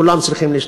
כולם צריכים להשתחרר.